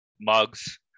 mugs